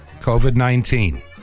COVID-19